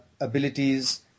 abilities